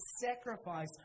sacrifice